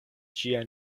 ĝia